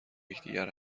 یکدیگر